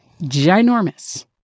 ginormous